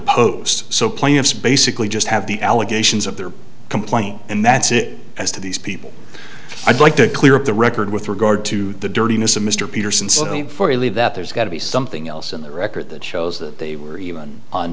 deposed so plaintiffs basically just have the allegations of their complaint and that's it as to these people i'd like to clear up the record with regard to the dirtiness of mr peterson leave that there's got to be something else in the record that shows that they were even on